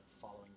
following